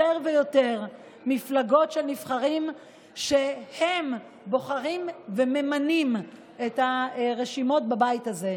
ויותר מפלגות של נבחרים שהם בוחרים וממנים את הרשימות בבית הזה.